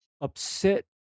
upset